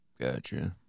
Gotcha